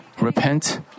repent